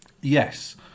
Yes